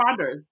responders